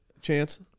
chance